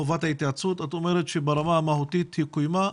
חובת ההתייעצות את אומרת שברמה המהותית היא קוימה,